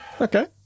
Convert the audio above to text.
Okay